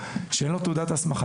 שאין לו תעודת הסמכה,